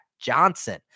Johnson